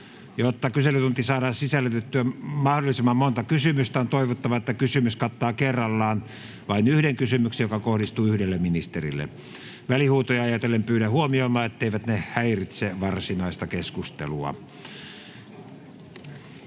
Jotta kyselytuntiin saadaan sisällytettyä mahdollisimman monta kysymystä, on toivottavaa, että kysymys kattaa kerrallaan vain yhden kysymyksen, joka kohdistuu yhdelle ministerille. Välihuutoja ajatellen pyydän huomioimaan, etteivät ne häiritse varsinaista keskustelua.